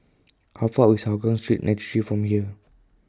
How Far away IS Hougang Street nine three from here